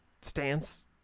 stance